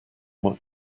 what